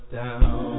down